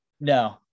No